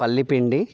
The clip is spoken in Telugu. పల్లిపిండి